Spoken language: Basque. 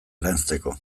eranzteko